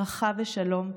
ברכה ושלום,